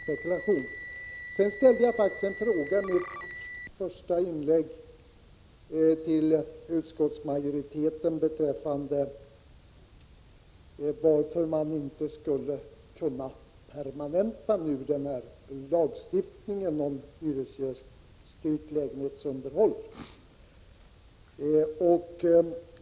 I mitt första inlägg ställde jag faktiskt en fråga till utskottsmajoriteten om varför man inte skulle kunna permanenta lagstiftningen om hyresgästsstyrt lägenhetsunderhåll.